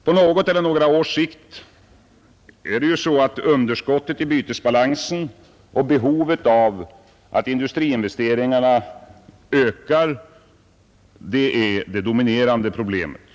På något eller några års sikt är ju underskottet i bytesbalansen och behovet att öka industriinvesteringarna det dominerande problemet.